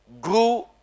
grew